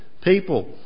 people